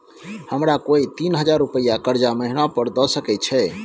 हमरा कोय तीन हजार रुपिया कर्जा महिना पर द सके छै?